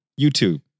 YouTube